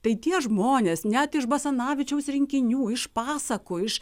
tai tie žmonės net iš basanavičiaus rinkinių iš pasakų iš